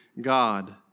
God